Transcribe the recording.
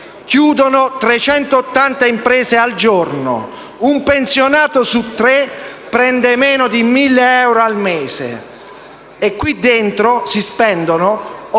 trecentottanta imprese al giorno; un pensionato su tre prende meno di 1.000 euro al mese; e qui dentro si spendono 83